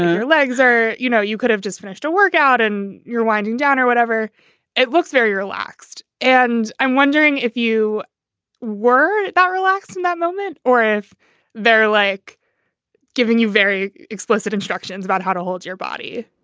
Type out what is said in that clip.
her legs are you know, you could have just finished a workout and you're winding down or whatever it looks very relaxed and i'm wondering if you were relaxed in that moment or if they're like giving you very explicit instructions about how to hold your body?